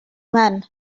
man